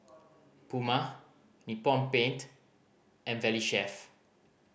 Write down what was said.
Puma Nippon Paint and Valley Chef